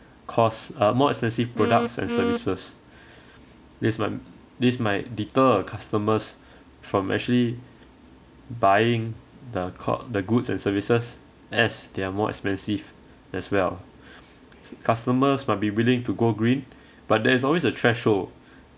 costs uh more expensive products and services this might this might deter a customers from actually buying the co~ the goods and services as they are more expensive as well s~ customers might be willing to go green but there is always a threshold